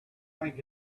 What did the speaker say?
think